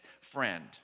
friend